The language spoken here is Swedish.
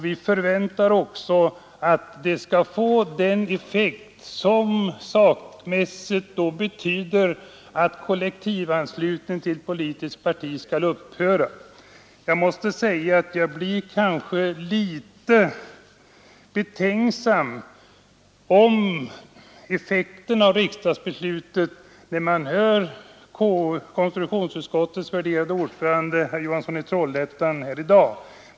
Vi förväntar oss också att det skall få en effekt som sakligt betyder att kollektivanslutning till politiskt parti upphör. Jag blir kanske något betänksam i fråga om effekten av riksdagsbeslutet, när jag hör konstitutionsutskottets värderade ordförande herr Johansson i Trollhättan här i dag.